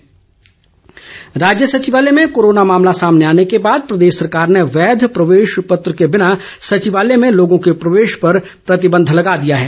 पाबंदी राज्य सचिवालय में कोरोना मामला सामने आने के बाद प्रदेश सरकार ने वैध प्रवेश पत्र के बिना सचिवालय में लोगों के प्रवेश पर प्रतिबंध लगा दिया है